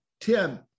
Tim